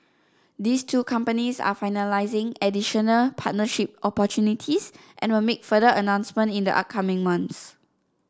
these two companies are finalising additional partnership opportunities and will make further announcements in the upcoming months